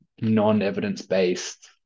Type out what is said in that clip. non-evidence-based